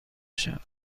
شوم